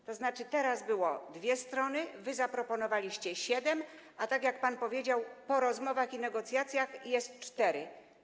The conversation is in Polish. Dotychczas były dwie strony, wy zaproponowaliście siedem, a - tak jak pan powiedział - po rozmowach i negocjacjach są cztery.